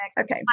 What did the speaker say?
Okay